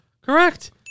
Correct